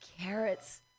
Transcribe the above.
carrots